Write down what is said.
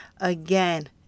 Again